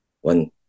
one